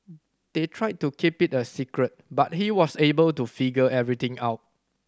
they tried to keep it a secret but he was able to figure everything out